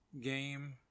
game